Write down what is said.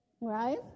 right